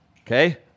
Okay